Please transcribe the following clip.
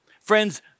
Friends